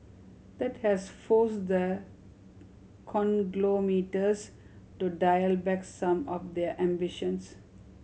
that has forced the conglomerates to dial back some of their ambitions